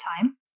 time